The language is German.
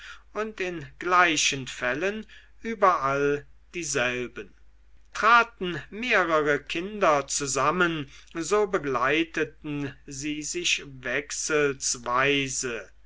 und in gleichen fällen überall dieselben traten mehrere kinder zusammen so begleiteten sie sich wechselsweise